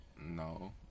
No